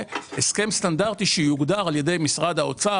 הסכם סטנדרטי שיוגדר על ידי משרד האוצר,